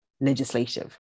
legislative